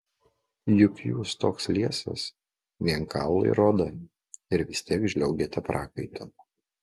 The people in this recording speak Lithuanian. juk jūs toks liesas vien kaulai ir oda ir vis tiek žliaugiate prakaitu